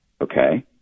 Okay